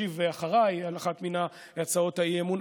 ישיב אחריי על אחת מהצעות האי-אמון.